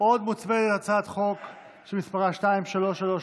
עוד מוצמדת: הצעת חוק שמספרה 2333,